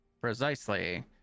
Precisely